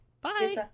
Bye